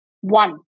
One